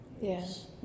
yes